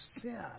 sin